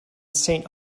saint